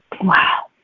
Wow